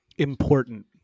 Important